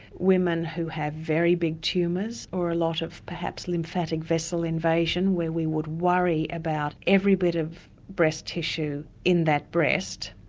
women who have very big tumours or a lot of perhaps lymphatic vessel invasion where we would worry about every bit of breast tissue in that breast,